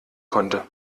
konnte